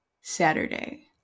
saturday